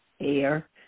air